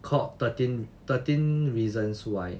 called thirteen thirteen reasons why